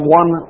one